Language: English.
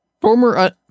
Former